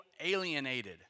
alienated